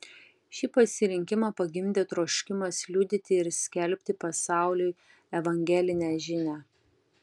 šį pasirinkimą pagimdė troškimas liudyti ir skelbti pasauliui evangelinę žinią